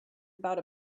about